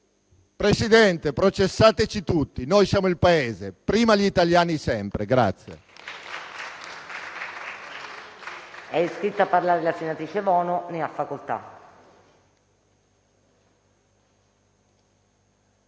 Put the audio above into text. Presidente, processateci tutti! Noi siamo il Paese. Prima gli italiani sempre!